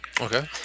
Okay